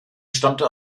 stammte